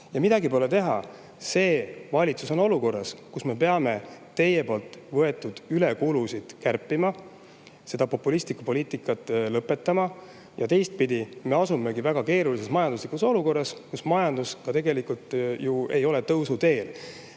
Midagi pole teha, praegune valitsus on olukorras, kus me peame teie võetud ülekulusid kärpima, selle populistliku poliitika lõpetama. Teistpidi me olemegi väga keerulises majanduslikus olukorras, kus majandus ei ole tõusuteel.